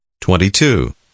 Twenty-two